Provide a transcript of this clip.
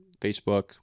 Facebook